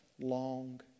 Long